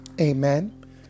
Amen